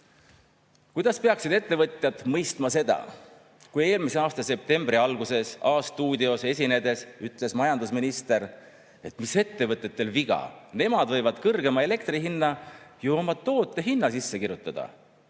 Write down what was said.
Kuidas peaksid ettevõtjad mõistma seda, kui eelmise aasta septembri alguses "[Esimeses] stuudios" esinedes ütles majandusminister, et mis ettevõtetel viga, nemad võivad kõrgema elektrihinna ju oma toote hinna sisse kirjutada?